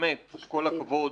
באמת כל הכבוד,